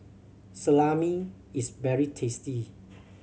salami is very tasty